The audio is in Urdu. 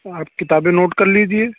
آپ کتابیں نوٹ کر لیجیے